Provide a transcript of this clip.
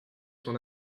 son